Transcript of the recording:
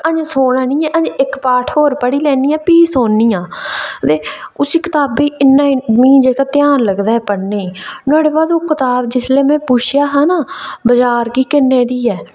अजें सौना निं ऐ इक पार्ट होर पढ़ी लैन्नी आं भी सौन्नी आं ते उसली कताबै गी मिगी इन्ना ध्यान लगदा ऐ पढ़ने गी नुहाड़े स्हाबै ओह् कताब जिसलै में पुच्छेआ हा ना बजार कि किन्ने दी ऐ